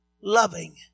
loving